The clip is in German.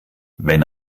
wenn